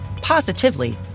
positively